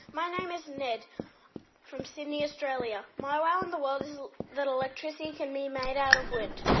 my name is ned from sydney, australia. my wow in the world is that electricity can be made out of wind.